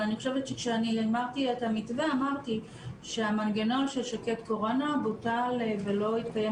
אבל אני חושבת שאמרתי שהמנגנון של שק"ד קורונה בוטל ולא יתקיים